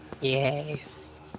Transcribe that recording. Yes